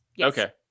Okay